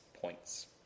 points